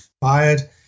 fired